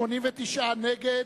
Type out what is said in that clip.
89 נגד,